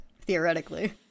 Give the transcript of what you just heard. theoretically